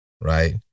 right